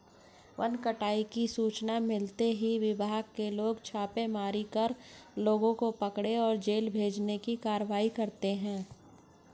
one कटाई की सूचना मिलते ही विभाग के लोग छापेमारी कर लोगों को पकड़े और जेल भेजने की कारवाई करते है